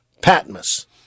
Patmos